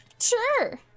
Sure